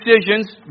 decisions